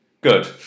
Good